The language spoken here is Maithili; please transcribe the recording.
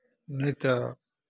नहि तऽ